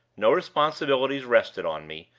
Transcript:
no responsibilities rested on me,